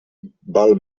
val